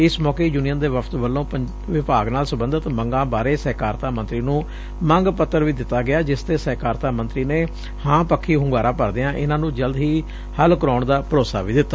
ਇਸ ਮੌਕੇ ਯੂਨੀਅਨ ਦੇ ਵਫਦ ਵੱਲੋ ਵਿਭਾਗ ਨਾਲ ਸਬੰਧਤ ਮੰਗਾਂ ਬਾਰੇ ਸਹਿਕਾਰਤਾ ਮੰਤਰੀ ਨੂੰ ਮੰਗ ਪੱਤਰ ਵੀ ਦਿੱਤਾ ਗਿਆ ਜਿਸ 'ਤੇ ਸਹਿਕਾਰਤਾ ਮੰਤਰੀ ਨੇ ਹਾਂ ਪੱਖੀ ਹੂੰਗਾਰਾ ਭਰਦਿਆਂ ਇਨਾਂ ਨੂੰ ਜਲਦ ਹੀ ਹੱਲ ਕਰਾਉਣ ਦਾ ਭਰੋਸਾ ਵੀ ਦਿੱਤਾ